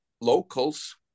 locals